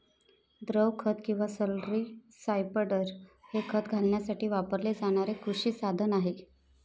द्रव खत किंवा स्लरी स्पायडर हे खत घालण्यासाठी वापरले जाणारे कृषी साधन आहे